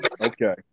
okay